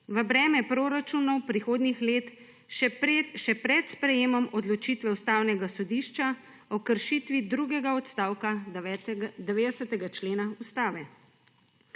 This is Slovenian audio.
v breme proračunov prihodnjih let še pred sprejetjem odločitve Ustavnega sodišča o kršitvi drugega odstavka 90. člena Ustave.